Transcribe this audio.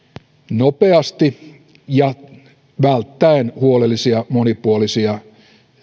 nopeasti ja välttäen huolellisia monipuolisia